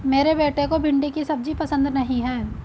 मेरे बेटे को भिंडी की सब्जी पसंद नहीं है